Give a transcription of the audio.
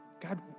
God